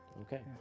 Okay